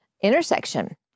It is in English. intersection